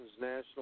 national